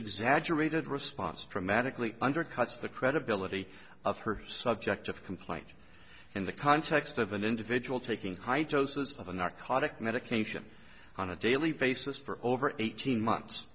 exaggerated response dramatically undercuts the credibility of her subjective complaint in the context of an individual taking high doses of a narcotic medication on a daily basis for over eighteen months